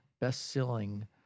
best-selling